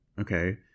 Okay